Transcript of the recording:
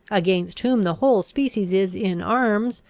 against whom the whole species is in arms,